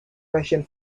russian